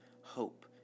hope